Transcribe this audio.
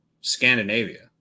Scandinavia